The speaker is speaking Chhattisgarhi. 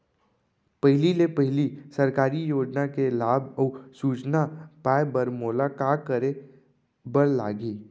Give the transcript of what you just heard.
पहिले ले पहिली सरकारी योजना के लाभ अऊ सूचना पाए बर मोला का करे बर लागही?